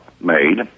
made